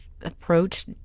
approach